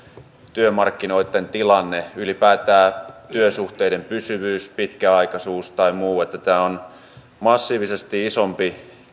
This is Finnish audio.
työmarkkinoitten tilanne ylipäätään työsuhteiden pysyvyys pitkäaikaisuus tai muu tämä on tietysti massiivisesti isomman